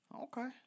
Okay